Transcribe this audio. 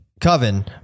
Coven